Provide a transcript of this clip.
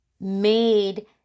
made